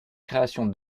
création